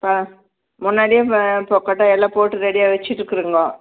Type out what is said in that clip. ஆ முன்னாடியே இப்போ இப்போ கொட்டாயெல்லாம் போட்டு ரெடியாக வச்சிகிட்டு இருக்குறிங்கோ